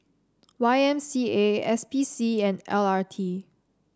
Y M C A S P C and L R T